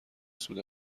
سود